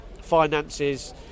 finances